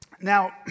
Now